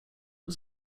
was